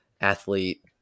athlete